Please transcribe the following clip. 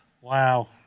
wow